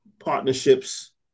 partnerships